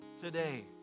today